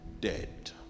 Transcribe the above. dead